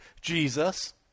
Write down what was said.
Jesus